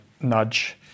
nudge